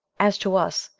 as to us,